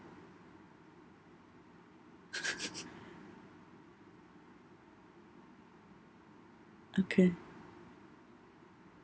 okay